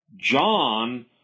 John